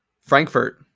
Frankfurt